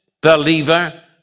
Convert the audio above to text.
believer